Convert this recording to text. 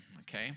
Okay